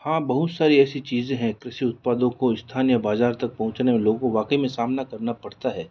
हाँ बहुत सारी ऐसी चीज़ें हैं कृषि उत्पादों को स्थानीय बाजार तक पहुँचने में लोगों को वाकई में सामना करना पड़ता है